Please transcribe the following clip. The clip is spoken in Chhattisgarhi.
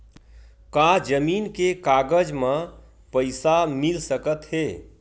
का जमीन के कागज म पईसा मिल सकत हे?